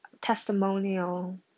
testimonial